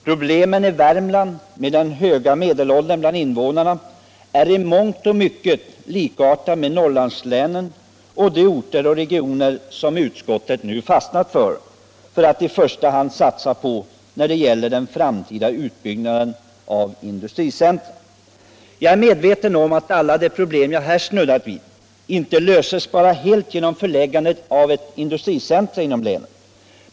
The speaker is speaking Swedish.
Problemen i Värmland, med den höga medelåldern bland invånarna, är i mångt och mycket likartade med problemen i Norrlandslänen och i de orter och regioner som utskottet nu har fastnat för att i första hand satsa på när det gäller den framtida utbyggnaden av industricentra. Jag är medveten om att alla de problem som jag har snuddat vid inte helt löses bara genom förläggande av ett industricentrum inom länet.